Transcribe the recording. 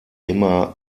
immer